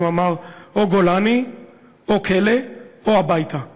הוא אמר: או גולני או כלא או הביתה ללוס-אנג'לס.